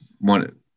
one